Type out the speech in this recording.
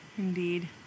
Indeed